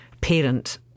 Parent